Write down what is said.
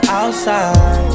outside